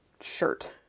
shirt